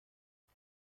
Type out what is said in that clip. است